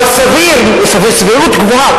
אבל יש סבירות גבוהה,